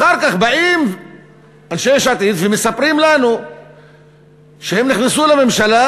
אחר כך באים ומספרים לנו שהם נכנסו לממשלה,